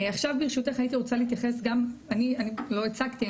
אני לא הצגתי,